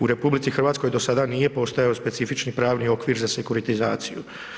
U RH do sada nije postojao specifični pravni okvir za sekuritizaciju.